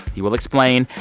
he will explain.